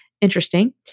Interesting